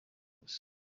gusa